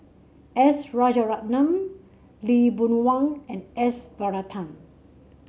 S Rajaratnam Lee Boon Wang and S Varathan